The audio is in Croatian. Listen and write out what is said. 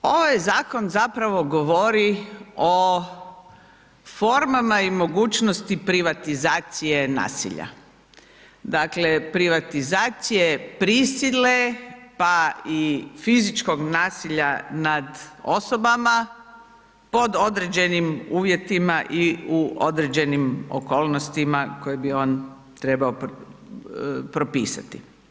Ovaj zakon zapravo govori o formama i mogućnosti privatizacije nasilja, dakle privatizacije prisile, pa i fizičkog nasilja nad osobama pod određenim uvjetima i u određenim okolnostima koje bi on trebao propisati.